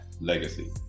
legacy